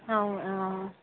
అవునా